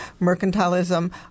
mercantilism